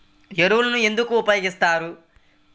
ఎరువులను ఎందుకు ఉపయోగిస్తారు?